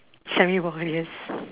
semi bald yes